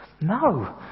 No